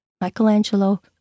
Michelangelo